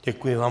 Děkuji vám.